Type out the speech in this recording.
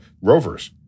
rovers